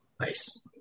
Nice